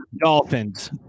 Dolphins